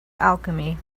alchemy